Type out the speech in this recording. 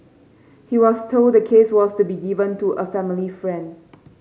he was told the case was to be given to a family friend